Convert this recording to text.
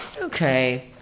Okay